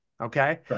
Okay